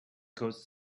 cause